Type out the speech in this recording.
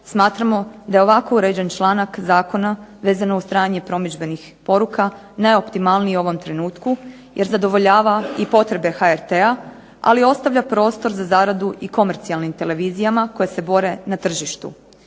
smatramo da je ovako uređen članak zakona vezano uz trajanje promidžbenih poruka najoptimalniji u ovom trenutku jer zadovoljava i potrebe HRT-a, ali ostavlja prostor za zaradu i komercijalnim televizijama koje se bore na tržištu.